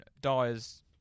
Dyers